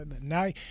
now